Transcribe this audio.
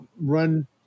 run